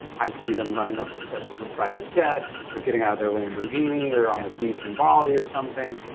i see them running up the steps of a private jet or getting out of their lamborghini or on the beach in bali or something,